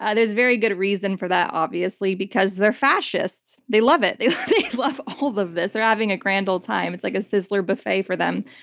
ah there's very good reason for that, obviously, because they're fascists. they love it. they love all of of this. they're having a grand old time. it's like a sizzler buffet for them.